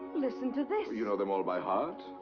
listen to this! do you know them all by heart?